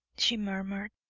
she murmured,